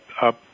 up